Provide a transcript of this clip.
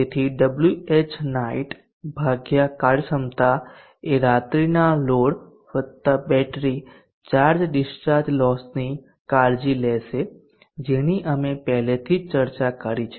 તેથી Whnight ભાગ્યા કાર્યક્ષમતા એ રાત્રીના લોડ વત્તા બેટરી ચાર્જ ડિસ્ચાર્જ લોસની કાળજી લેશે જેની અમે પહેલાથી ચર્ચા કરી છે